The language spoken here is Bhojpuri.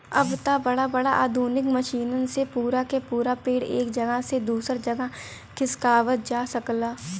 अब त बड़ा बड़ा आधुनिक मसीनन से पूरा क पूरा पेड़ एक जगह से दूसर जगह खिसकावत जा सकला